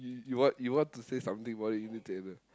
you you want you want to say something about it you need to